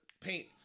paint